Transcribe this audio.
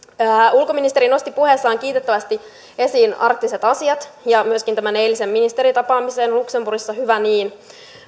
ulkoministeri nosti puheessaan kiitettävästi esiin arktiset asiat ja myöskin tämän eilisen ministeritapaamisen luxemburgissa hyvä niin